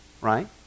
right